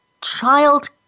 child